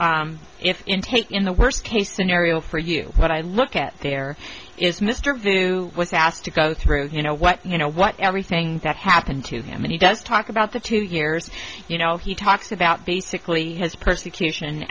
take in the worst case scenario for you but i look at there is mr vu was asked to go through you know what you know what everything that happened to him and he does talk about the two years you know he talks about basically has persecution